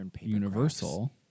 universal